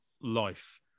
life